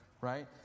Right